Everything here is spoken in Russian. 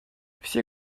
все